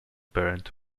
burnt